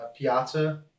Piazza